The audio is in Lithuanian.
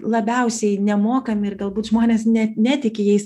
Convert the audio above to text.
labiausiai nemokami ir galbūt žmonės net netiki jais